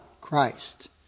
Christ